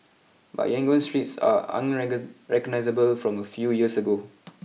but Yangon's streets are recognisable from a few years ago